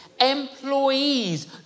Employees